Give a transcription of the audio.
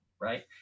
right